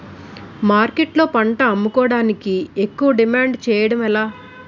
మార్కెట్లో పంట అమ్ముకోడానికి ఎక్కువ డిమాండ్ చేయడం ఎలా?